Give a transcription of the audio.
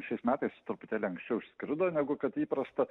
šiais metais truputėlį anksčiau išskrido negu kad įprasta